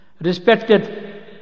Respected